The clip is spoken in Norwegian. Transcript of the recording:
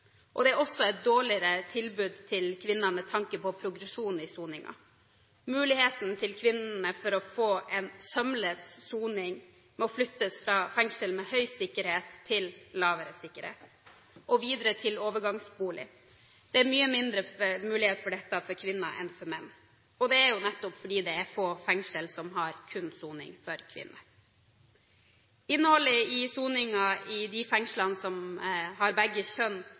Det er også et dårligere tilbud til kvinner med tanke på progresjon i soningen. Muligheten for kvinnene til å få en sømløs soning må være at de flyttes fra fengsler med høy sikkerhet til fengsler med lavere sikkerhet og videre til overgangsbolig. Det er mye mindre mulighet for dette for kvinner enn for menn, og det er jo nettopp fordi det er få fengsler som kun har soning for kvinner. Innholdet i soningen i de fengslene som har begge kjønn,